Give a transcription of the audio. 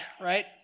right